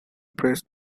press